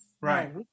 Right